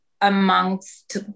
amongst